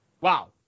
wow